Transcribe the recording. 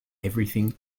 everything